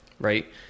Right